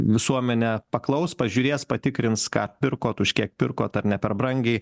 visuomenė paklaus pažiūrės patikrins ką pirkot už kiek pirkot ar ne per brangiai